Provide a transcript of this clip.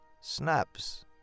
Snaps